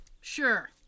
Sure